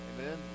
Amen